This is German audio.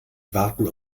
warten